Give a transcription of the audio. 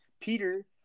Peter